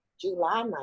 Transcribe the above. July